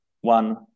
one